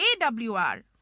AWR